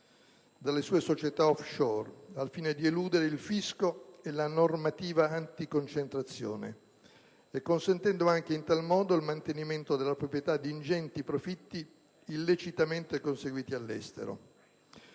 dalle società *offshore,* al fine di eludere il fisco e la normativa anticoncentrazione, consentendo in tal modo anche il mantenimento della proprietà di ingenti profitti illecitamente conseguiti all'estero.